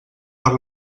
per